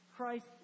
Christ